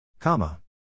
Comma